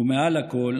ומעל הכול,